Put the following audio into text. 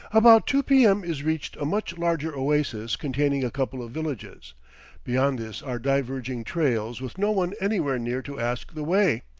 about two p m. is reached a much larger oasis containing a couple of villages beyond this are diverging trails with no one anywhere near to ask the way.